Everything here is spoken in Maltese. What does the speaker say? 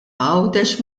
għawdex